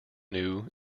new